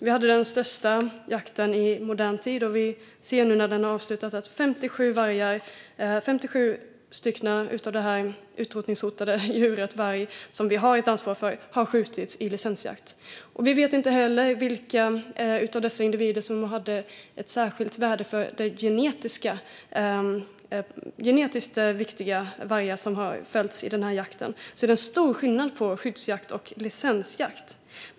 Vi har haft den största jakten i modern tid, och efter det att den har avslutats har 57 vargar, det utrotningshotade djuret varg som vi har ett ansvar för, skjutits i licensjakt. Vi vet inte heller vilka av dessa individer som var genetiskt viktiga vargar som har fällts i jakten. Det är alltså stor skillnad på skyddsjakt och licensjakt.